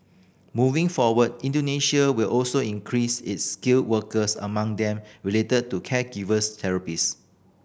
moving forward Indonesia will also increase its skilled workers among them related to caregiver therapist